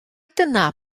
dyna